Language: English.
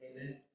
Amen